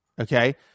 okay